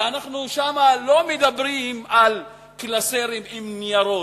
ואנחנו לא מדברים שם על קלסר עם ניירות.